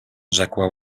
rzekła